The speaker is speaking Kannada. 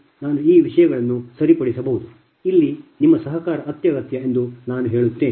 ನಾನು ಈ ವಿಷಯಗಳನ್ನು ಸರಿಪಡಿಸಬಹುದು ಇಲ್ಲಿ ನಿಮ್ಮ ಸಹಕಾರ ಅಗತ್ಯ ಎಂದು ನಾನು ಹೇಳುತ್ತೇನೆ